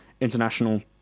international